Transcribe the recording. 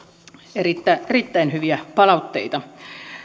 erittäin erittäin hyviä palautteita